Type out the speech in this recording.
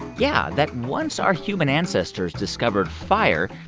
yeah, that once our human ancestors discovered fire,